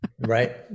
Right